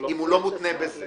אם הוא לא מותנה בזה.